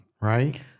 right